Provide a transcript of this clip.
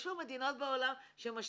יש מדינות בעולם שמשתיקים.